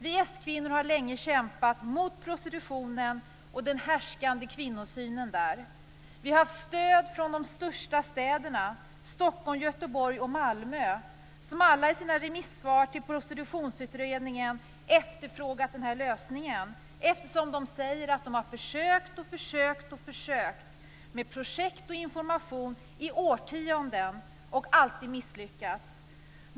Vi s-kvinnor har länge kämpat mot prostitutionen och den där härskande kvinnosynen. Vi har haft stöd från de största städerna, Stockholm, Göteborg och Malmö, som alla i sina remissvar till Prostitutionsutredningen efterfrågat den här lösningen, eftersom man säger att man har försökt och försökt med projekt och information i årtionden, men att man alltid har misslyckats.